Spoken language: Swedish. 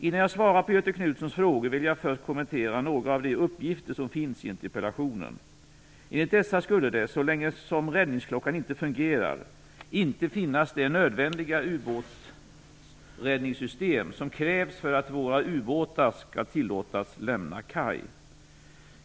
Innan jag svarar på Göthe Knutsons frågor vill jag först kommentera några av de uppgifter som finns i interpellationen. Enligt dessa skulle det, så länge som räddningsklockan inte fungerar, inte finnas det nödvändiga ubåtsräddningssystem som krävs för att våra ubåtar skall tillåtas lämna kaj.